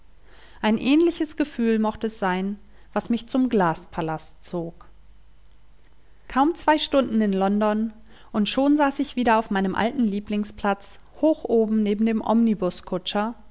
ein ähnliches gefühl mocht es sein was mich zum glaspalast zog kaum zwei stunden in london und schon saß ich wieder auf meinem alten lieblingsplatz hoch oben neben dem omnibuskutscher